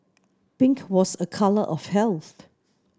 pink was a colour of health